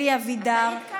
אלי אבידר,